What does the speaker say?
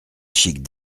chique